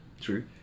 True